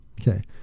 okay